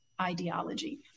ideology